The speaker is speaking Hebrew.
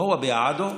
והוא הושיב אותו.